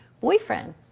boyfriend